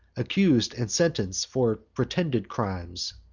accus'd and sentenc'd for pretended crimes,